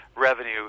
revenue